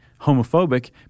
homophobic